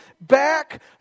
back